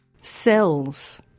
Cells